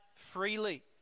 freely